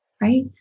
right